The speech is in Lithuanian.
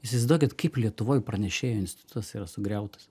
jūs įsivaizduokit kaip lietuvoj pranešėjo institutas yra sugriautas